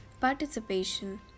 Participation